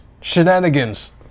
Shenanigans